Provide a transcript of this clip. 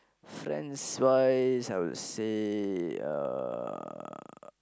friends wise I would say uh